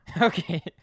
Okay